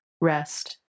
rest